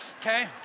Okay